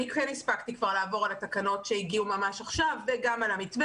אני כן הספקתי כבר לעבור התקנות שהגיעו ממש עכשיו וגם על המתווה